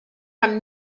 from